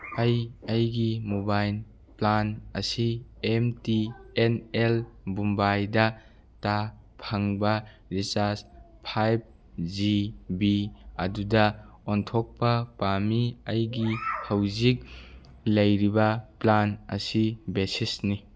ꯑꯩ ꯑꯩꯒꯤ mobile plan ꯑꯁꯤ ꯑꯦꯝ ꯇꯤ ꯑꯦꯟ ꯑꯦꯜ ꯃꯨꯝꯕꯥꯏꯗ ꯇ ꯐꯪꯕ ꯔꯤꯆꯥꯔꯖ ꯐꯥꯏꯚ ꯖꯤ ꯕꯤ ꯑꯗꯨꯗ ꯑꯣꯟꯊꯣꯛꯄ ꯄꯥꯝꯃꯤ ꯑꯩꯒꯤ ꯍꯧꯖꯤꯛ ꯂꯩꯔꯤꯕ ꯄ꯭ꯂꯥꯟ ꯑꯁꯤ ꯕꯦꯁꯤꯁꯅꯤ